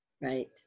Right